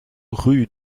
rue